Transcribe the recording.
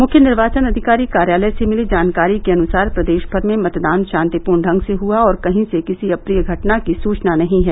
मुख्य निर्वाचन अधिकारी कार्यालय से मिली जानकारी के अनुसार प्रदेश भर में मतदान शांतिपूर्ण ढंग से हुआ और कहीं से किसी अप्रिय घटना की सूचना नहीं है